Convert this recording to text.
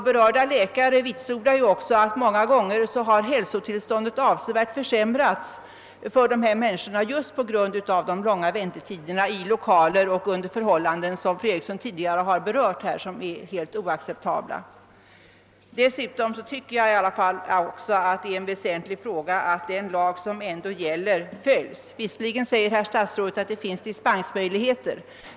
Berörda läkare vitsordar också att dessa människors hälsotillstånd många gånger avsevärt försämrats just på grund av de långa väntetiderna i lokaler och under förhållanden som är helt oacceptabla, som fru Eriksson tidigare har berört. Jag tycker också att det är väsentligt att den lag som gäller följs. Statsrådet sade att det finns dispensmöjligheter.